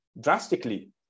drastically